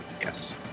yes